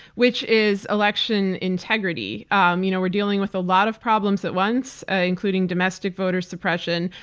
which is election integrity. um you know, we're dealing with a lot of problems at once. including domestic voter suppression,